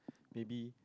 maybe